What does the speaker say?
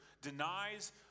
denies